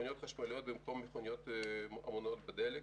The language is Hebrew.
מכוניות חשמליות במקום מכוניות המונעות בדלק.